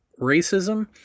racism